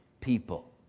people